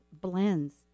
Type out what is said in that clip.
blends